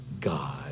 God